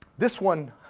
this one,